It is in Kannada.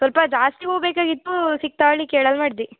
ಸ್ವಲ್ಪ ಜಾಸ್ತಿ ಹೂ ಬೇಕಾಗಿತ್ತು ಸಿಕ್ತಾವಾ ಹೇಳಿ ಕೇಳಲು ಮಾಡ್ದೆ